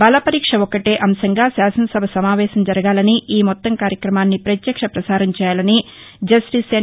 బలపరీక్ష ఒక్కటే అంశంగా శాసనసభ సమావేశం జరగాలని ఈమొత్తం కార్యక్రమాన్ని పత్యక్ష పసారం చేయాలని జస్టిస్ ఎన్